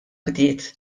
bdiet